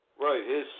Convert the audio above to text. Right